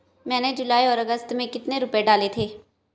मैंने जुलाई और अगस्त में कितने रुपये डाले थे?